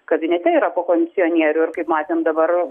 kabinete yra po kondicionierių ir kaip matėm dabar